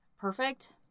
perfect